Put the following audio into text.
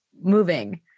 moving